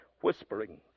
whispering